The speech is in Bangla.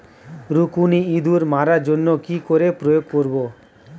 রুকুনি ইঁদুর মারার জন্য কি করে প্রয়োগ করব?